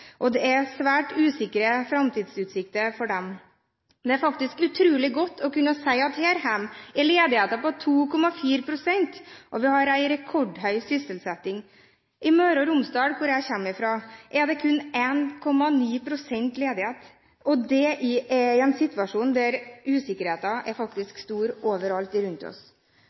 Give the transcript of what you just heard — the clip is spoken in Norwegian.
og det er svært usikre framtidsutsikter for dem. Det er faktisk utrolig godt å kunne si at her hjemme er ledigheten på 2,4 pst., og vi har en rekordhøy sysselsetting. I Møre og Romsdal, der jeg kommer fra, er det kun 1,9 pst. ledighet, og det i en situasjon der usikkerheten faktisk er stor overalt rundt oss.